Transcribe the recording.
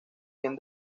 bien